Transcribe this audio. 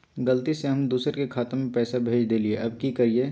गलती से हम दुसर के खाता में पैसा भेज देलियेई, अब की करियई?